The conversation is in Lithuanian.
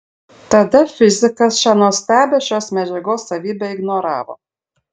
tada fizikas šią nuostabią šios medžiagos savybę ignoravo